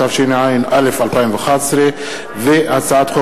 התשע"א 2011. לקריאה ראשונה,